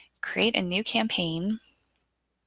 create a new campaign